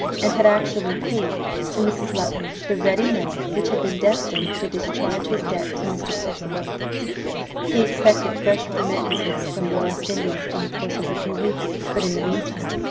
and had actually paid to mrs. luttridge, the ready money which had been destined to discharge his debt to mr. percival he expected fresh remittances from the west indies in the course of a few weeks but, in the mean time,